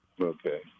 Okay